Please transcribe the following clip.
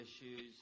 issues